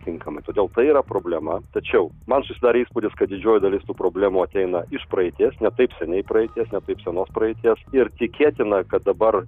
tinkamai todėl tai yra problema tačiau man susidarė įspūdis kad didžioji dalis tų problemų ateina iš praeities ne taip seniai praeities ne taip senos praeities ir tikėtina kad dabar